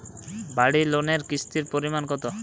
বাড়ি লোনে কিস্তির পরিমাণ কত?